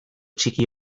txiki